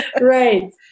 right